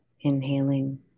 inhaling